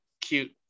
cute